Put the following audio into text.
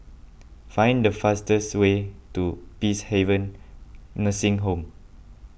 find the fastest way to Peacehaven Nursing Home